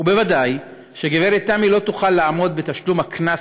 וודאי שגברת תמי לא תוכל לעמוד בתשלום הקנס